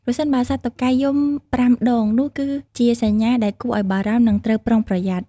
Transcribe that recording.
ប្រសិនបើសត្វតុកែយំប្រាំដង នោះគឺជាសញ្ញាដែលគួរឲ្យបារម្ភ និងត្រូវប្រុងប្រយ័ត្ន។